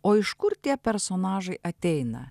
o iš kur tie personažai ateina